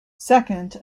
second